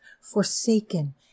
forsaken